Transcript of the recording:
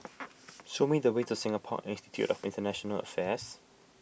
show me the way to Singapore Institute of International Affairs